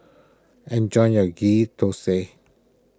enjoy your Ghee Thosai